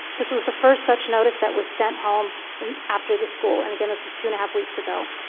this was the first such notice that was sent home and after the school. and again this was two and a half weeks ago.